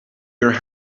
your